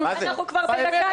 אנחנו בדקה איחור